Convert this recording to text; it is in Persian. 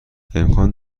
امکان